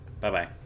Bye-bye